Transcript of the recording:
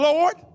Lord